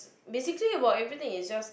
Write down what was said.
basically about everything is just